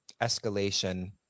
escalation